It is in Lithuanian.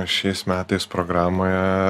šiais metais programoje